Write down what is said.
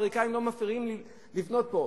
האמריקנים לא מפריעים לבנות פה.